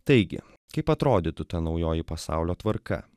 taigi kaip atrodytų ta naujoji pasaulio tvarka